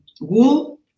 wool